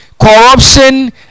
corruption